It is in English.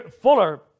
Fuller